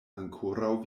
ankoraŭ